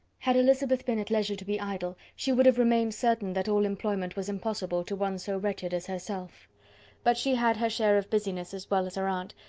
had elizabeth been at leisure to be idle, she would have remained certain that all employment was impossible to one so wretched as herself but she had her share of business as well as her aunt,